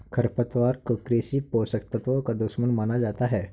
खरपतवार को कृषि पोषक तत्वों का दुश्मन माना जाता है